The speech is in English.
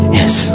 yes